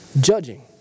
Judging